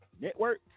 network